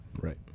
Right